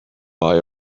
buy